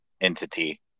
entity